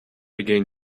again